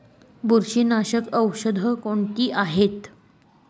बुरशीनाशक औषधे कोणती आहेत?